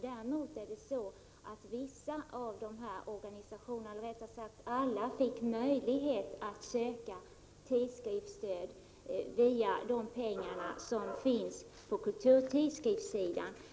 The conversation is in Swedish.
Däremot är det så att alla de här organisationerna fick möjlighet att söka tidskriftsstöd via de anslag som finns på kulturtidskriftssidan.